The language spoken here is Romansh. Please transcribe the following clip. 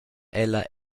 ella